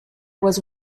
was